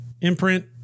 Imprint